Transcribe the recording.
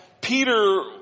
peter